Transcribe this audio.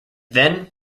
then